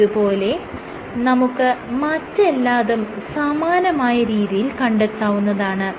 ഇത് പോലെ നമുക്ക് മറ്റെല്ലാതും സമാനമായ രീതിയിൽ കണ്ടെത്താവുന്നതാണ്